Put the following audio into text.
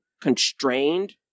constrained